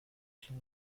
klar